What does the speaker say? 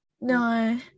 No